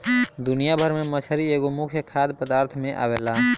दुनिया भर में मछरी एगो मुख्य खाद्य पदार्थ में आवेला